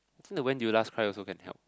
think the when do you last cried also can help